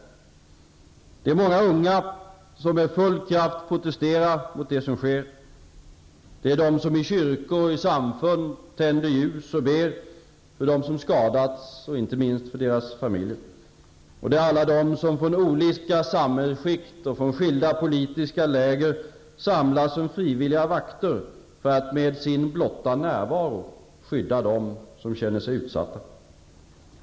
Det är många unga som med full kraft protesterar mot det som sker. Det är de som i kyrkor och samfund tänder ljus och ber för dem som skadats och inte minst för deras familjer. Och det är alla de som från olika samhällsskikt och skilda politiska läger samlas som frivilliga vakter för att med sin blotta närvaro skydda utsatta.